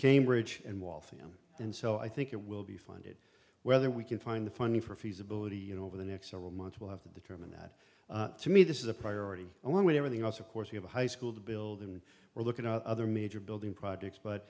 cambridge and waltham and so i think it will be funded whether we can find the funding for feasibility you know over the next several months we'll have to determine that to me this is a priority and one with everything else of course we have a high school to build and we're looking at other major building projects but